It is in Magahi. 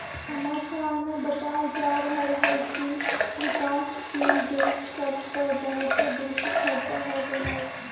समाचार में बतायल जा रहल हइकि विकासशील देश सभ पर बहुते बेशी खरचा हो गेल हइ